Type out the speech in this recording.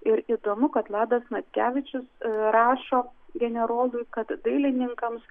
ir įdomu kad ladas natkevičius rašo generolui kad dailininkams